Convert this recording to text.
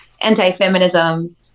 anti-feminism